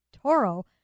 Toro